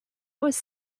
was